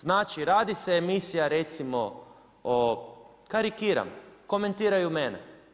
Znači, radi se emisija recimo, o karikiram, komentiraju mene.